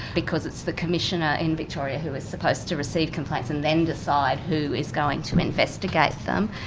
because it's the commissioner in victoria who is supposed to receive complaints and then decide who is going to investigate them.